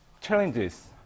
challenges